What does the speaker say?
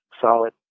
solid